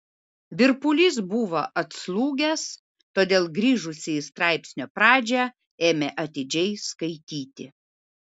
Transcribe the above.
virpulys buvo atslūgęs todėl grįžusi į straipsnio pradžią ėmė atidžiai skaityti